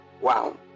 wow